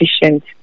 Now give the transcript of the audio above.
efficient